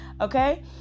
okay